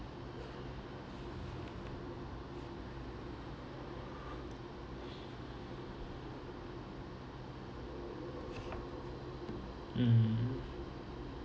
mmhmm